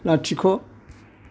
लाथिख'